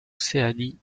océanie